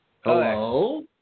Hello